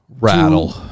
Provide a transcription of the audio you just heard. rattle